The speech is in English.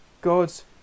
God's